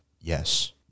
yes